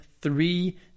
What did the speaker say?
three